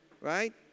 Right